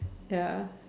ya